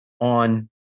on